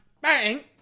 Bang